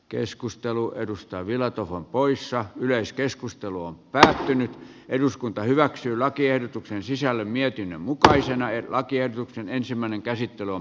keskustelua edustaa vielä tuohon poissa yleiskeskustelu on päästöjen eduskunta hyväksyy lakiehdotuksen sisällön mietinnön nyt päätetään lakiehdotuksen sisällöstä